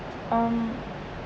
um